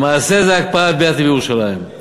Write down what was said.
למעשה, זה הקפאה של בנייה בירושלים.